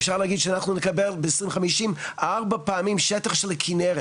אפשר להגיד שאנחנו נקבל ב- 2050 ארבע פעמים שטח של הכינרת,